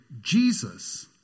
Jesus